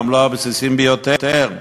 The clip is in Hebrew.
גם לא הבסיסיים ביותר.